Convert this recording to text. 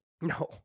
No